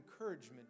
encouragement